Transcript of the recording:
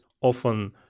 often